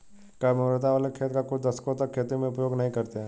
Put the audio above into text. कम उर्वरता वाले खेत का कुछ दशकों तक खेती में उपयोग नहीं करते हैं